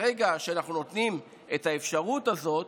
ברגע שאנחנו נותנים את האפשרות הזאת,